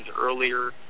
earlier